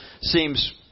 seems